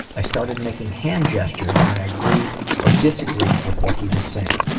i started making hand gestures when i agreed or disagreed with what he was saying.